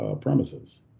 premises